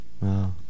Wow